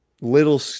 Little